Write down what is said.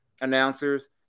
announcers